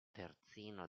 terzino